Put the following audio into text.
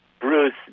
Bruce